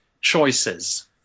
choices